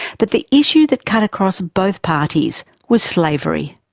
but the issue that cut across both parties was slavery.